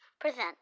present